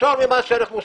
הפטור ממס ערך מוסף.